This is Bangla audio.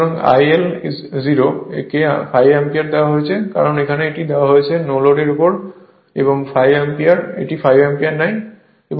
সুতরাং IL 0 কে 5 অ্যাম্পিয়ার দেওয়া হয়েছে কারণ এখানে এটি দেওয়া হয়েছে যা নো লোডের উপর কল করে এবং 5 অ্যাম্পিয়ার নেয়